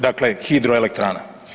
Dakle, hidroelektrana.